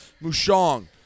Mushong